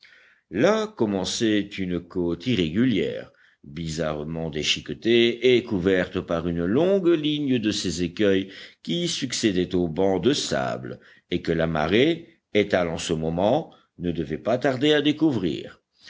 là commençait une côte irrégulière bizarrement déchiquetée et couverte par une longue ligne de ces écueils qui succédaient aux bancs de sable et que la marée étale en ce moment ne devait pas tarder à découvrir